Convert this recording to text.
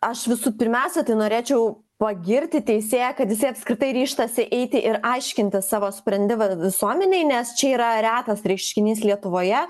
aš visų pirmiausia tai norėčiau pagirti teisėją kad jisai apskritai ryžtasi eiti ir aiškinti savo sprendimą visuomenei nes čia yra retas reiškinys lietuvoje